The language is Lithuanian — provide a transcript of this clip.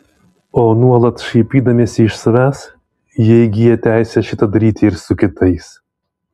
o nuolat šaipydamiesi iš savęs jie įgyja teisę šitą daryti ir su kitais